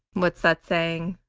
what's that saying?